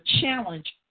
challenge